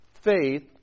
faith